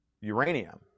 Uranium